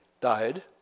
died